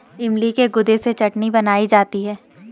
इमली के गुदे से चटनी बनाई जाती है